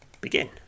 Begin